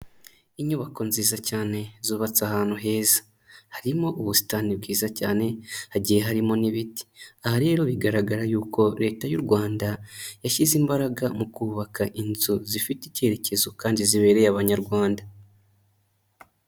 Inyubako nziza cyane zubatse ahantu heza, harimo ubusitani bwiza cyane, hagiye harimo n'ibiti. Aha rero bigaragara yuko Leta y'u Rwanda yashyize imbaraga mu kubaka inzu zifite icyerekezo kandi zibereye Abanyarwanda.